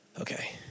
Okay